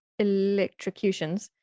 electrocutions